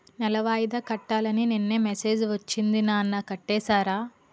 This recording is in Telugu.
నెల వాయిదా కట్టాలని నిన్ననే మెసేజ్ ఒచ్చింది నాన్న కట్టేసారా?